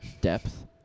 depth